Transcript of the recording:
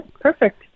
perfect